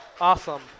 Awesome